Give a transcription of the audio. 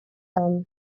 там